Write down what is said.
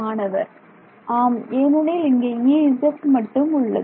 மாணவர் ஆம் ஏனெனில் இங்கே Ez மட்டும் உள்ளது